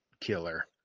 killer